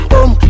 Boom